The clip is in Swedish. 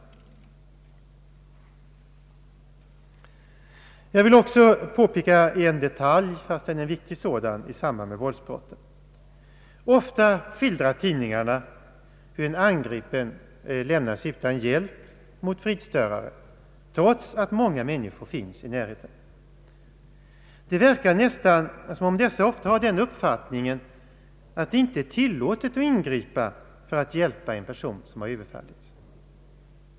Jag vill också påpeka en viktig detalj i samband med våldsbrotten. Ofta skildrar tidningarna hur en angripen lämnas utan hjälp mot fridstörare trots att många människor finns i närheten. Det verkar nästan som om dessa ofta har den uppfattningen att det inte är tillåtet att ingripa för att hjälpa en person som överfallits.